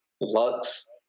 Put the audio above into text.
Lux